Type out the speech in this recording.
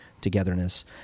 togetherness